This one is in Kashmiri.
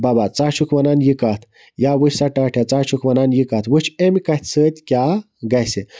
بَبہَ ژٕ ہہَ چھُکھ وَنان یہِ کتھ یا وٕچھسا ٹاٹھے ژٕ ہہَ چھُکھ وَنان یہِ کتھ وٕچھ امہ کَتھِ سۭتۍ کیاہ گَژھِ